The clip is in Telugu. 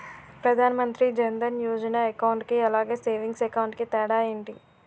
ప్రధాన్ మంత్రి జన్ దన్ యోజన అకౌంట్ కి అలాగే సేవింగ్స్ అకౌంట్ కి తేడా ఏంటి?